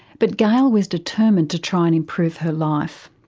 but gail was determined to try and improve her life.